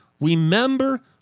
Remember